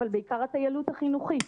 אבל בעיקר הטיילות החינוכית.